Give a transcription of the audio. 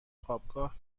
خوابگاه